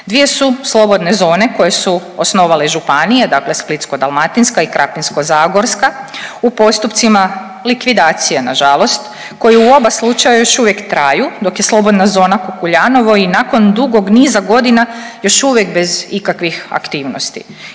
8. 2 su slobodne zone koje su osnovale županije, dakle Splitsko-dalmatinska i Krapinsko-zagorska u postupcima likvidacije nažalost koji u oba slučaja još uvijek traju, dok je Slobodna zona Kukuljanovo i nakon dugog niza godina još uvijek bez ikakvih aktivnosti.